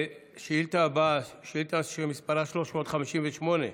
השאילתה הבאה, שאילתה שמספרה 358,